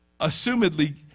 assumedly